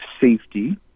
safety